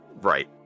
right